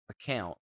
account